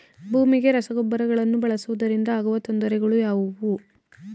ಭೂಮಿಗೆ ರಸಗೊಬ್ಬರಗಳನ್ನು ಬಳಸುವುದರಿಂದ ಆಗುವ ತೊಂದರೆಗಳು ಯಾವುವು?